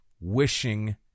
wishing